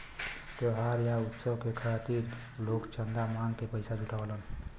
त्योहार या उत्सव के खातिर लोग चंदा मांग के पइसा जुटावलन